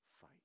fight